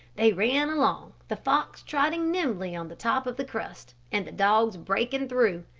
they ran along, the fox trotting nimbly on the top of the crust and the dogs breaking through,